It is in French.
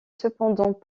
cependant